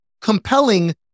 compelling